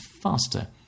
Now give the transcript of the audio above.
faster